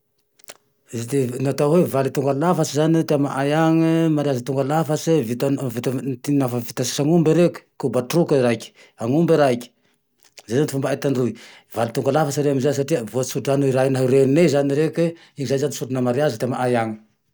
Izy ity, natao hoe valy tonga lafatsy zane ty amaay agne e, mariazy tonga lafatsy vata- vitan tinava vita sasa agnombe reke. Kobatroky e raiky, ombe raiky, zay zane ty fomba ay tandroy. Valy tonga lafatsy re amizay satria voa-tsodrano i ray naho renine zane reke. Zay zane ny solona mariazy ty amaay agne.